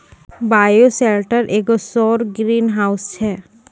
bioshelter एगो सौर greenhouse छै